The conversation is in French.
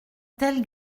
tel